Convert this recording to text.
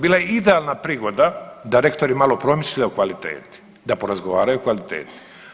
Bila je idealna prihoda da rektori malo promisle o kvaliteti, da porazgovaraju o kvaliteti.